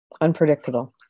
unpredictable